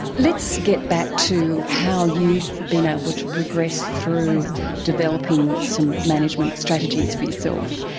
let's get back to how you've been able to progress through developing some management strategies for yourself.